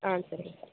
ஆ சரிங்க சார்